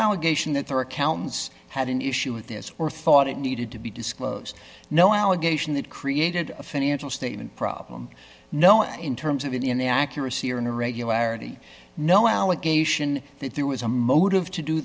allegation that their accountants had an issue with this or thought it needed to be disclosed no allegation that created a financial statement problem no in terms of in the accuracy or irregularity no allegation that there was a motive to do